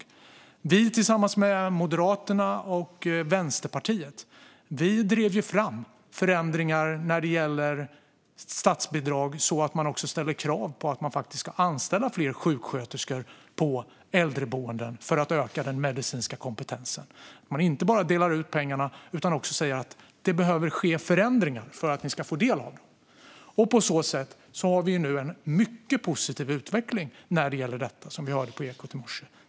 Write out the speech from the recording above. Vi kristdemokrater drev tillsammans med Moderaterna och Vänsterpartiet fram förändringar när det gäller statsbidrag så att det ställs krav på att det faktiskt ska anställas fler sjuksköterskor på äldreboenden för att öka den medicinska kompentensen. Man ska inte bara dela ut pengarna utan också säga att det behöver ske förändringar för att någon ska få del av dem. På så sätt är utvecklingen när det gäller detta nu mycket positiv, vilket vi hörde i Ekot i morse.